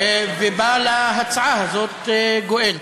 ובא להצעה הזאת גואל.